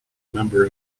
member